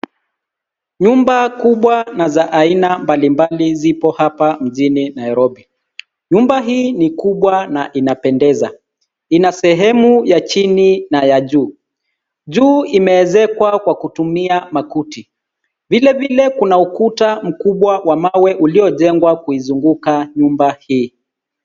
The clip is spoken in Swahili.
Nyumba kubwa na za aina mbalimbali zipo hapa mjini Nairobi. Nyumba hii ni kubwa na inapendeza. Ina sehemu ya chini na ya juu. Juu imeezekwa kwa kutumia makuti. Vilevile kuna ukuta mkubwa wa mawe uliojengwa kuizunguka nyumba hii.